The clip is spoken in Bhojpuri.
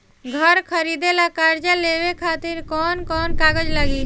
घर खरीदे ला कर्जा लेवे खातिर कौन कौन कागज लागी?